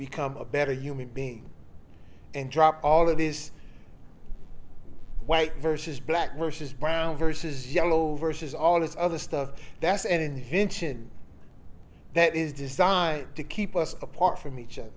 become a better human being and drop all of this white versus black versus brown versus yellow versus all this other stuff that's and in hinted that is designed to keep us apart from each other